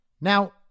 Now